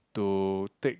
to take